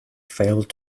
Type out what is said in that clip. failed